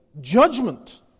judgment